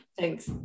thanks